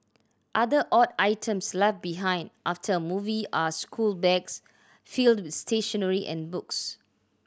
other odd items left behind after a movie are school bags filled with stationery and books